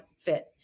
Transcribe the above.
fit